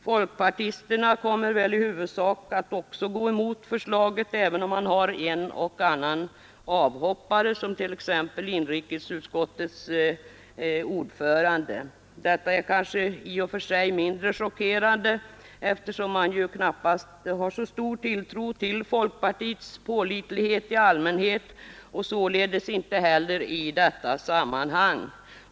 Folkpartisterna kommer väl i huvudsak också att gå emot förslaget, även om man har en och annan avhoppare som t.ex. inrikesutskottets ordförande. Detta är kanske i och för sig mindre chockerande, eftersom man knappast har så stor tilltro till folkpartiets pålitlighet i allmänhet och således inte heller i detta sammanhang.